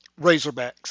Razorbacks